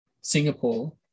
Singapore